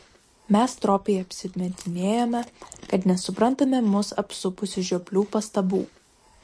mes stropiai apsimetinėjome kad nesuprantame mus apsupusių žioplių pastabų